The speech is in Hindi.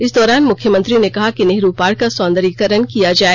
इस दौरान मुख्यमंत्री ने कहा कि नेहरू पार्क का सौंदर्यीकरण किया जाए